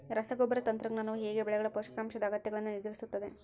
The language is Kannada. ರಸಗೊಬ್ಬರ ತಂತ್ರಜ್ಞಾನವು ಹೇಗೆ ಬೆಳೆಗಳ ಪೋಷಕಾಂಶದ ಅಗತ್ಯಗಳನ್ನು ನಿರ್ಧರಿಸುತ್ತದೆ?